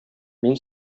мин